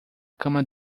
cama